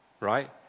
right